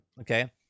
Okay